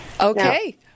Okay